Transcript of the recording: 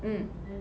mm